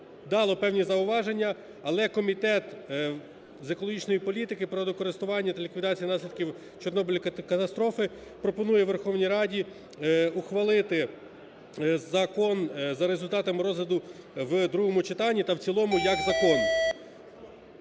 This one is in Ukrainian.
дало певні зауваження, але Комітет з екологічної політики, природокористування та ліквідації наслідків Чорнобильської катастрофи пропонує Верховній Раді ухвалити закон за результатами розгляду в другому читанні та в цілому як закон.